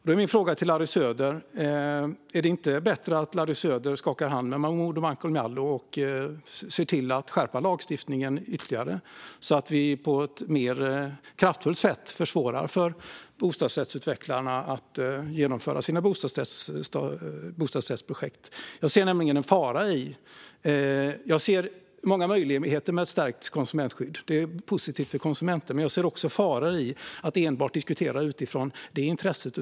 Då är min fråga till Larry Söder: Är det inte bättre att Larry Söder skakar hand med Momodou Malcolm Jallow och ser till att skärpa lagstiftningen ytterligare så att vi på ett mer kraftfullt sätt försvårar för bostadsrättsutvecklarna att genomföra sina bostadsrättsprojekt? Jag ser många möjligheter med ett stärkt konsumentskydd. Det är positivt för konsumenter. Men jag ser också faror i att enbart diskutera utifrån det intresset.